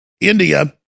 India